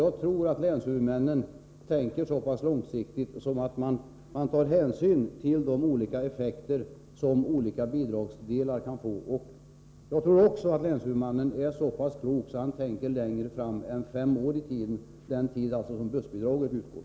Jag tror att länshuvudmannen tänker så långsiktigt att han tar hänsyn till de olika långsiktiga effekter som olika bidragsdelar kan få. Jag tror också att länshuvudmannen är så klok att han tänker längre fram i tiden än fem år, alltså den tid som bussbidraget utgår.